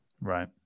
Right